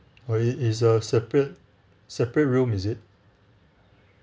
oh it it is a separate separate room is it